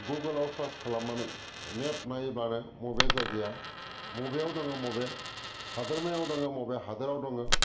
गुगोलाव search खालामनानै map नायब्लानो मबे जायगाया मबेयाव दङ मबे हादोरमायाव दङ मबे हादोराव दङ